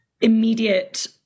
immediate